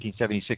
1976